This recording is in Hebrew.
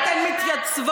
אתן מתייצבות פה לצד,